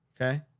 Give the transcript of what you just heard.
Okay